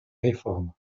réforme